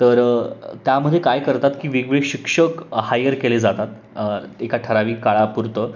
तर त्यामध्ये काय करतात की वेगवेगळे शिक्षक हायर केले जातात एका ठरावीक काळापुरतं